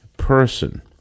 person